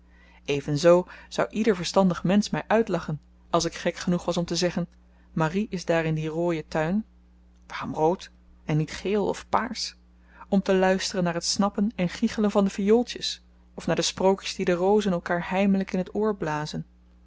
even zoo zou ieder verstandig mensch my uitlachen als ik gek genoeg was om te zeggen marie is daar in dien rooien tuin waarom rood en niet geel of paars om te luisteren naar t snappen en giechelen van de viooltjes of naar de sprookjes die de rozen elkaar heimelyk in t oor blazen